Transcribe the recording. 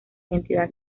identidad